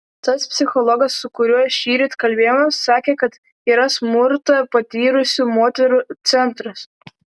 tas psichologas su kuriuo šįryt kalbėjome sakė kad yra smurtą patyrusių moterų centras